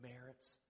merits